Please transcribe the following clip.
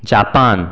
Japan